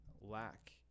lack